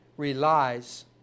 relies